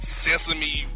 sesame